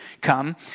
come